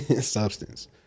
substance